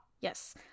Yes